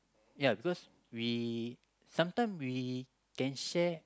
ya because we sometime we can share